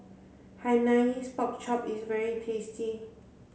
Hainanese pork chop is very tasty